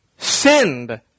sinned